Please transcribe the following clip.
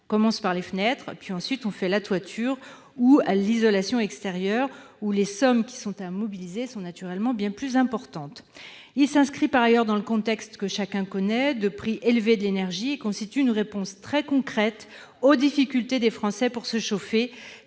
on commence par les fenêtres, puis on fait la toiture ou l'isolation extérieure, où les sommes à mobiliser sont naturellement bien plus importantes. Il s'inscrit aussi dans le contexte que chacun connaît de prix élevés de l'énergie. Cet amendement, qui constitue une réponse très concrète aux difficultés que rencontrent les Français pour se chauffer,